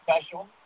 special